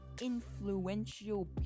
influential